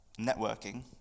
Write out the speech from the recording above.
networking